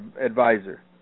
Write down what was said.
advisor